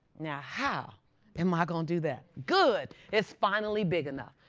now how am i going do that? good. it's finally big enough.